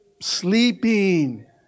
Sleeping